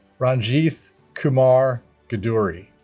ranjith kumar guduri